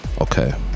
Okay